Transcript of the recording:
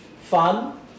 fun